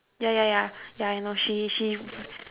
ya ya ya ya I know she she